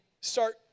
start